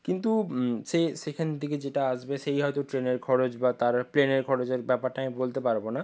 কিন্তু সে সেখান থেকে যেটা আসবে সেই হয়তো ট্রেনের খরচ বা তার প্লেনের খরচের ব্যাপারটা আমি বলতে পারব না